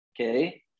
Okay